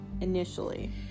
initially